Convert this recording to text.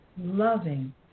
loving